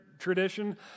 Tradition